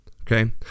Okay